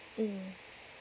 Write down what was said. mm